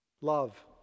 Love